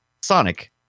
Sonic